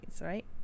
right